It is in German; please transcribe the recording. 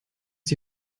die